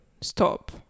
stop